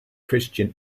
christian